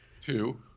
Two